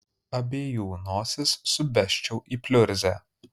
abiejų nosis subesčiau į pliurzę